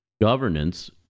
governance